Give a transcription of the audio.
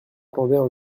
attendaient